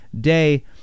day